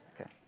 Okay